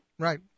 Right